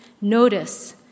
notice